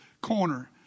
corner